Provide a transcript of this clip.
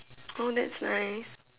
oh that's nice